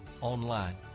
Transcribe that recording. online